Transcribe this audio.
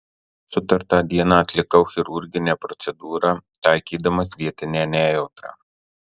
sutartą dieną atlikau chirurginę procedūrą taikydamas vietinę nejautrą